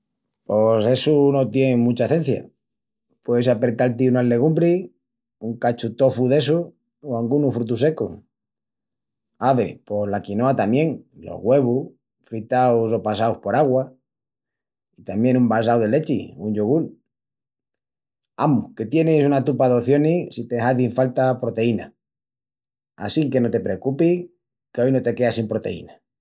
Pos essu no tien mucha cencia. Pueis apretal-ti unas legumbris, un cachu tofu d'essus, o angunus frutus secus. Ave, pos la quinoa tamién, los güevus, fritaus o passaus por augua. I tamién un vasau de lechi o un yogul. Amus, que tienis una tupa d'ocionis si te hazin falta proteínas. Assínque no te precupis, que oi no te queas sin proteínas.